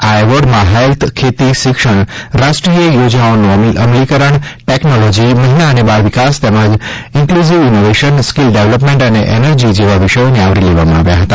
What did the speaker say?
આ એવોર્ડમાં હેલ્થ ખેતી શિક્ષણ રાષ્ટ્રીય યોજનાઓનું અમલીકરણ ટેકનોલોજી મહિલા અને બાળ વિકાસ તેમજ ઇન્કલુઝીવ ઇનોવેશન સ્કીલ ડેવલોપમેન્ટ અને એનર્જી જેવા વિષયોને આવરી લેવામાં આવ્યા હતા